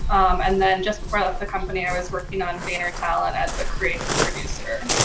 and then just before i left the company, i was working on vayner talent as a creative producer.